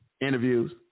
Interviews